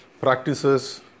practices